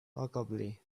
ogilvy